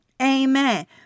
Amen